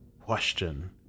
question